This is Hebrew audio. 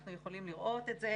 אנחנו יכולים לראות את זה